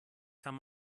kann